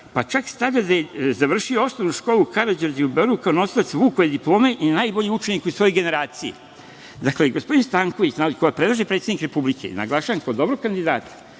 pa čak stavlja da je završio osnovnu školu Karađorđe u Beogradu, kao nosilac Vukove diplome i najbolji učenik u svojoj generaciji. Dakle, gospodin Stanković, koga predlaže predsednik Republike, naglašavam kao dobrog kandidata,